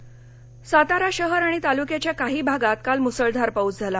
पाऊस सातारा शहर आणि तालुक्याच्या काही भागात काल मुसळधार पाउस झाला